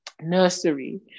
nursery